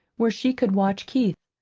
where she could watch keith.